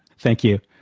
thank you.